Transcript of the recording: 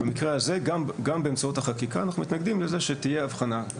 במקרה הזה גם באמצעות החקיקה אנחנו מתנגדים לזה שתהיה הבחנה.